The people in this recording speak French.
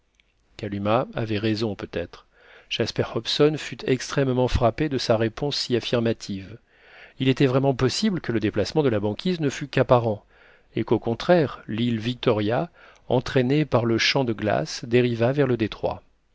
kalumah avait raison peut-être jasper hobson fut extrêmement frappé de sa réponse si affirmative il était vraiment possible que le déplacement de la banquise ne fût qu'apparent et qu'au contraire l'île victoria entraînée par le champ de glace dérivât vers le détroit